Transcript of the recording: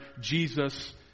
Jesus